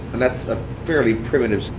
and that's a fairly primitive